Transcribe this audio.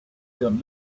got